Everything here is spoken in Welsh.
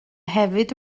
hefyd